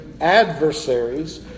adversaries